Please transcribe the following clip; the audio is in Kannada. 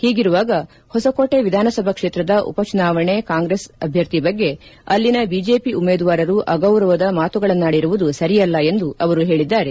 ಹೀಗಿರುವಾಗ ಹೊಸಕೋಟೆ ವಿಧಾನಸಭಾ ಕ್ಷೇತ್ರದ ಉಪ ಚುನಾವಣೆ ಕಾಂಗ್ರೆಸ್ ಅಭ್ಯರ್ಥಿ ಬಗ್ಗೆ ಅಲ್ಲಿನ ಐಜೆಪಿ ಉಮೇದುವಾರರು ಅಗೌರವದ ಮಾತುಗಳನ್ನಾಡಿರುವುದು ಸರಿಯಲ್ಲ ಎಂದು ಅವರು ಹೇಳಿದ್ದಾರೆ